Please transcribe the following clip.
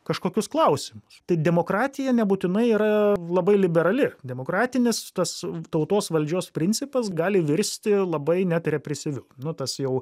kažkokius klausimus tai demokratija nebūtinai yra labai liberali demokratinis tas tautos valdžios principas gali virsti labai net represyviu nu tas jau